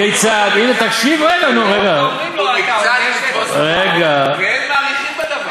ואין מאריכין בדבר.